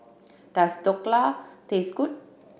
does Dhokla taste good